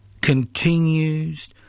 continues